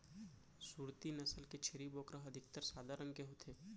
सूरती नसल के छेरी बोकरा ह अधिकतर सादा रंग के होथे